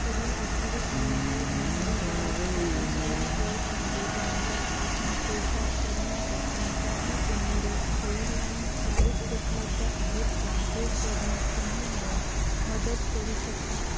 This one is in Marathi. पुढील अठ्ठावीस नोव्हेंबर दोन हजार बावीससाठी स्वीट्सवर्गमध्ये बँकॉकपासून पेट्रापर्यंत कोणत्याही एमिरेट्स एअरलाईन फ्लाईट उपलब्ध आहेत का हे शोधण्यात तुम्ही मला मदत करू शकता